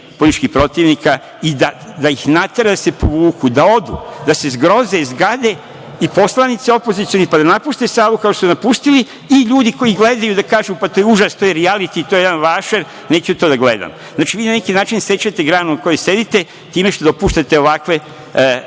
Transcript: političkih protivnika i da ih natera da se povuku, da odu, da se zgroze i zgade i poslanici opozicionih, pa da napuste salu, kao što su je napustili i ljudi koji gledaju pa da kažu - pa to je užas, to je rijaliti, to je jedan vašar, neću to da gledam. Znači, vi na neki način sečete granu na kojoj sedite time što dopuštate ovakve